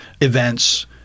events